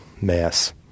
mass